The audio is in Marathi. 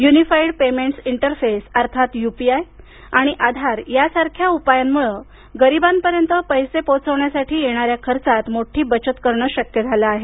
युनिफ़ाईड पेमेंटस इंटरफेस अर्थात युपीआय आणि आधार यासारख्या उपायांमुळे गरीबांपर्यंत पैसे पोहोचवण्यासाठी येणाऱ्या खर्चात मोठी बचत करणं शक्य झालं आहे